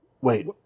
wait